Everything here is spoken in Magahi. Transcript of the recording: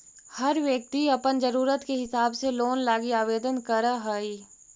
हर व्यक्ति अपन ज़रूरत के हिसाब से लोन लागी आवेदन कर हई